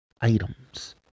items